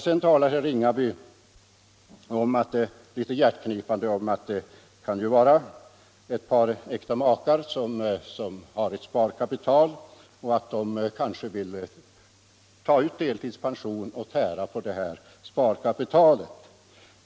Herr Ringaby talar litet hjärtknipande om att det kan vara ett par äkta makar som har ett sparkapital och kanske vill ta ut deltidspension och tära på sparkapitalet.